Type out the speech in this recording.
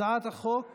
הצעת חוק